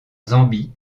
zambie